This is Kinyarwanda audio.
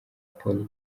paul